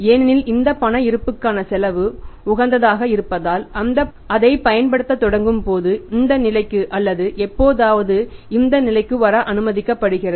ஏனெனில் இந்த பண இருப்புக்கான செலவு உகந்ததாக இருப்பதால் அதைப் பயன்படுத்தத் தொடங்கும் போது இந்த நிலைக்கு அல்லது எப்போதாவது இந்த நிலைக்கு வர அனுமதிக்கப்படுகிறது